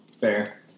Fair